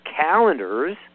calendars